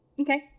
Okay